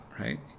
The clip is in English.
right